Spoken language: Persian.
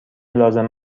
لازم